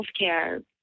healthcare